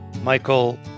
Michael